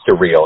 surreal